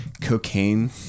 cocaine